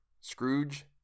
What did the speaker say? Scrooge